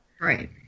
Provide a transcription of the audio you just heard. Right